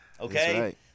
Okay